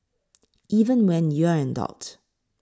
even when you're an adult